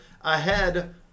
ahead